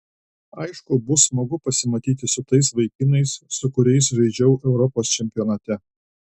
aišku bus smagu pasimatyti su tais vaikinais su kuriais žaidžiau europos čempionate